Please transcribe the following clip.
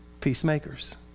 peacemakers